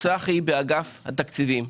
צחי באגף התקציבים.